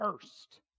first